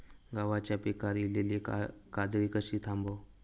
गव्हाच्या पिकार इलीली काजळी कशी थांबव?